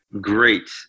great